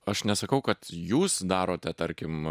aš nesakau kad jūs darote tarkim